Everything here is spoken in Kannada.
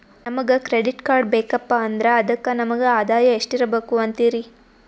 ನಮಗ ಕ್ರೆಡಿಟ್ ಕಾರ್ಡ್ ಬೇಕಪ್ಪ ಅಂದ್ರ ಅದಕ್ಕ ನಮಗ ಆದಾಯ ಎಷ್ಟಿರಬಕು ಅಂತೀರಿ?